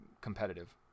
competitive